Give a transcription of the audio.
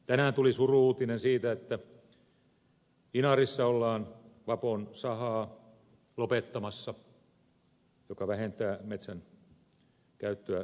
tänään tuli suru uutinen siitä että inarissa ollaan vapon sahaa lopettamassa mikä vähentää metsän käyttöä sahaukseen